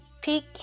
peak